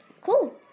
Cool